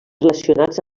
relacionats